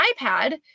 iPad